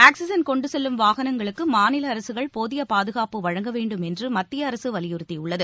oxygen கொண்டு செல்லும் வாகனங்களுக்கு மாநில அரசுகள் போதிய பாதுகாப்பு வழங்க வேண்டும் என்று மத்திய அரசு வலியுறுத்தியுள்ளது